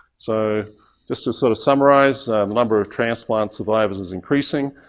so just to sort of summarize, a number of transplant survivors is increasing.